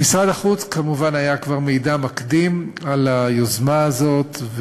במשרד החוץ כמובן היה כבר מידע מקדים על היוזמה הזאת,